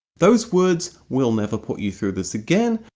those words we'll never put you through this again!